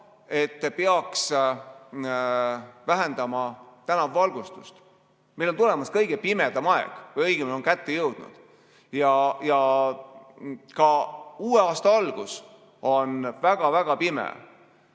et peaks vähendama tänavavalgustust. Meil on tulemas kõige pimedam aeg, õigemini on see kätte jõudnud, ja ka uue aasta algus on väga-väga pime.